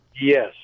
Yes